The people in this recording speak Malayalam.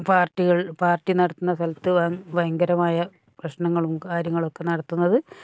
പാർട്ടികൾ പാർട്ടി നടത്തുന്ന സ്ഥലത്ത് ഭയങ്കരമായ പ്രശ്നങ്ങളും കാര്യങ്ങളൊക്കെ നടത്തുന്നത്